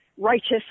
Righteous